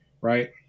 right